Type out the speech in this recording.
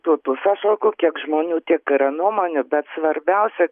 tų tų sąšaukų kiek žmonių tiek yra nuomonių bet svarbiausia